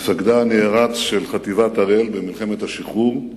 מפקדה הנערץ של חטיבת הראל במלחמת השחרור,